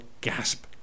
Gasp